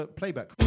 playback